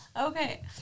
Okay